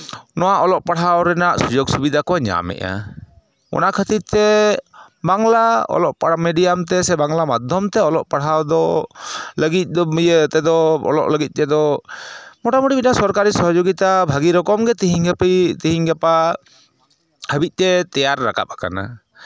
ᱱᱚᱣᱟ ᱚᱞᱚᱜ ᱯᱟᱲᱦᱟᱣ ᱨᱮᱱᱟ ᱥᱩᱡᱳᱜᱽ ᱥᱩᱵᱤᱫᱷᱟ ᱠᱚ ᱧᱟᱢ ᱮᱜᱼᱟ ᱚᱱᱟ ᱠᱷᱟᱹᱛᱤᱨ ᱛᱮ ᱵᱟᱝᱞᱟ ᱢᱮᱰᱤᱭᱟᱢ ᱛᱮ ᱥᱮ ᱵᱟᱝᱞᱟ ᱢᱟᱫᱽᱫᱷᱚᱢ ᱛᱮ ᱚᱞᱚᱜ ᱯᱟᱲᱦᱟᱣ ᱞᱟᱹᱜᱤᱫ ᱫᱚ ᱤᱭᱟᱹ ᱛᱮᱫᱚ ᱚᱞᱚᱜ ᱞᱟᱹᱜᱤᱫ ᱛᱮᱫᱚ ᱢᱚᱴᱟᱢᱩᱴᱤ ᱢᱤᱫᱴᱟᱱ ᱥᱚᱨᱠᱟᱨᱤ ᱥᱚᱦᱚᱡᱳᱜᱤᱛᱟ ᱵᱷᱟᱹᱜᱤ ᱨᱚᱠᱚᱢ ᱜᱮ ᱛᱮᱦᱮᱧ ᱜᱟᱯᱟ ᱦᱟᱹᱵᱤᱡᱽᱛᱮ ᱛᱮᱭᱟᱨ ᱨᱟᱠᱟᱵ ᱟᱠᱟᱱᱟ